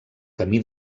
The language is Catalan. camí